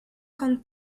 con